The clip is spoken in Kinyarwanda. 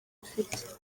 afite